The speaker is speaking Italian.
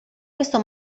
questo